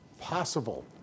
possible